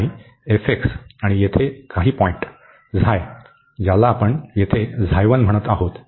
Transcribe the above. आणि आणि येथे काही पॉईंट ज्याला आपण येथे म्हणत आहोत